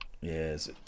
Yes